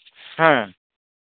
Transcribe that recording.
ᱦᱮᱸ